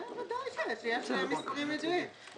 ודאי שיש, יש מספרים ידועים.